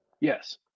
Yes